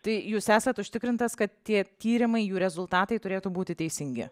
tai jūs esat užtikrintas kad tie tyrimai jų rezultatai turėtų būti teisingi